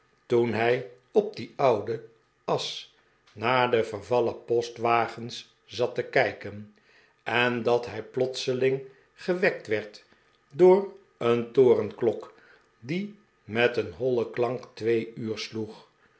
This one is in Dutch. toen hij op die oude as naar de vervallen postwagens zat te kijken en dat hij plotseling gewekt werd door een torenklok die met een hollen klank twee uur sloeg